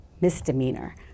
misdemeanor